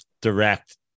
direct